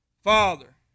Father